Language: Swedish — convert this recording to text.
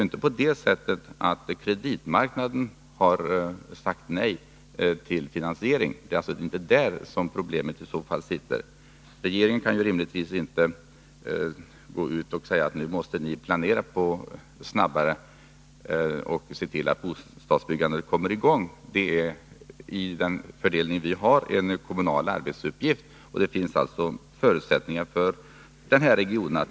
Inom kreditmarknaden har man ju inte sagt nej till finansiering — det är inte där problemet ligger. Regeringen kan rimligtvis inte gå ut och säga: Nu måste ni planera snabbare och se till att bostadsbyggandet kommer i gång. Med den arbetsfördelning vi har är detta en kommunal arbetsuppgift, så det finns förutsättningar för denna region.